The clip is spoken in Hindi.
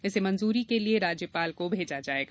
इसे मंजूरी के लिये राज्यपाल को भेजा जायेगा